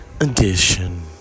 Edition